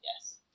Yes